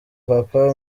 papa